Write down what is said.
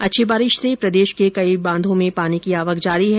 अच्छी बारिश से प्रदेश के कई बांधों मे पानी की आवक जारी है